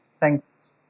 Thanks